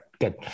Good